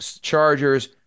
Chargers